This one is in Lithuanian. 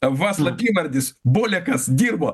va slapyvardis bolekas dirbo